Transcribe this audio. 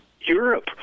Europe